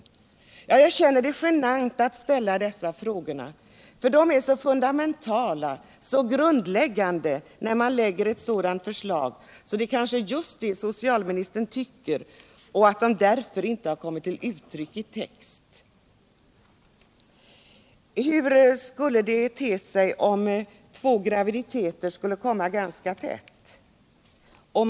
Jag känner det som sagt närmast litet genant att ställa denna fråga, eftersom den är så fundamental, och den bör även vara grundläggande när ett sådant här förslag framställs. Men det kanske är just det som också socialministern tycker och att det är därför som frågeställningarna inte har kommit till uttryck i texten. Hur skulle det te sig om två graviditeter skulle komma ganska tätt efter varandra?